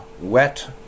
wet